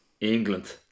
England